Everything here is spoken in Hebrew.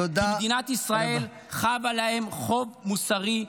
כי מדינת ישראל חבה להם חוב מוסרי,